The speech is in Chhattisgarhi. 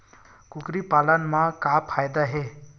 कुकरी पालन म का फ़ायदा हे?